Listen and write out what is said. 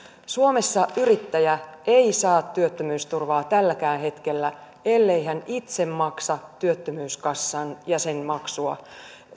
suomessa yrittäjä ei saa työttömyysturvaa tälläkään hetkellä ellei hän itse maksa työttömyyskassan jäsenmaksua